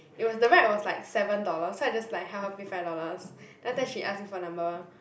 it was the ride was like seven dollars so I just like help her pay five dollars then after that she ask me for number